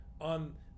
on